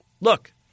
look